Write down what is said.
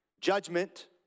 judgment